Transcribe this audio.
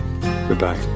Goodbye